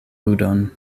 ludon